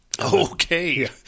okay